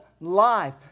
life